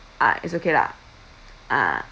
ah it's okay lah ah